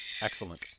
Excellent